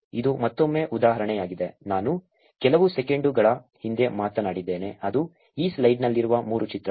ಆದ್ದರಿಂದ ಇದು ಮತ್ತೊಮ್ಮೆ ಉದಾಹರಣೆಯಾಗಿದೆ ನಾನು ಕೆಲವು ಸೆಕೆಂಡುಗಳ ಹಿಂದೆ ಮಾತನಾಡಿದ್ದೇನೆ ಅದು ಈ ಸ್ಲೈಡ್ನಲ್ಲಿರುವ ಮೂರು ಚಿತ್ರಗಳು